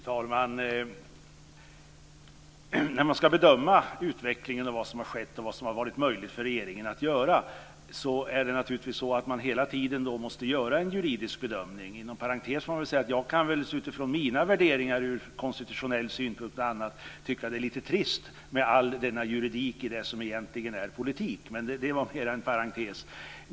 Fru talman! När man ska bedöma utvecklingen av vad som har skett och vad som har varit möjligt för regeringen att göra måste man naturligtvis hela tiden göra en juridisk bedömning. Inom parentes får man väl säga att jag kan väl utifrån mina värderingar ur konstitutionell synpunkt och annat tycka att det är lite trist med all denna juridik i det som egentligen är politik. Men det var en parentes.